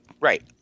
Right